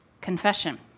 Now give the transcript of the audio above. confession